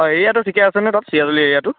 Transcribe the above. অঁ এৰিয়াতো ঠিকে আছেনে তাত চৰাজুলি এৰিয়াটোত